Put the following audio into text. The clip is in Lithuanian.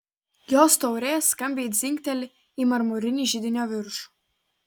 jos taurė skambiai dzingteli į marmurinį židinio viršų